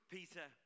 Peter